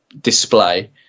display